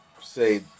say